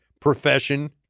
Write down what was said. Profession